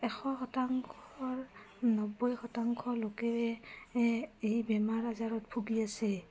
এশ শতাংশৰ নব্বৈ শতাংশ লোকেই এই বেমাৰ আজাৰত ভুগি আছে